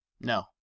no